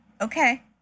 Okay